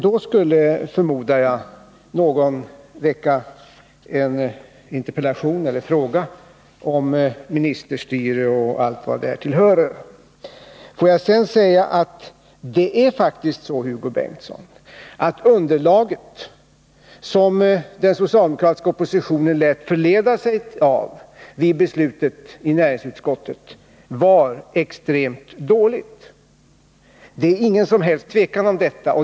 Då skulle det, förmodar jag, väckas interpellationer eller frågor om ministerstyre och allt vad därtill hörer. Det underlag som den socialdemokratiska oppositionen lät förleda sig av vid beslutet i näringsutskottet var extremt dåligt, Hugo Bengtsson. Det är ingen som helst tvekan om detta.